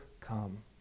come